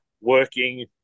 working